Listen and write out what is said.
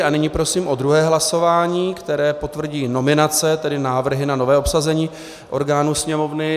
A nyní prosím o druhé hlasování, které potvrdí nominace, tedy návrhy na nové obsazení orgánů Sněmovny.